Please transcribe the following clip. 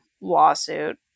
lawsuit